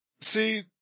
See